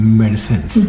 medicines